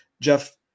Jeff